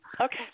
Okay